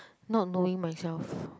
not knowing myself